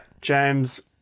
James